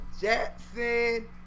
Jackson